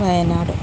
Wayanad